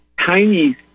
tiny